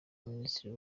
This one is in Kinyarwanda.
minisitiri